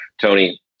Tony